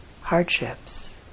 hardships